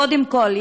קודם כול,